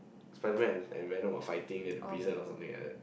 Spider-Man and Venom were fighting then the prison or something like that